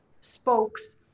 spokes